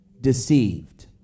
deceived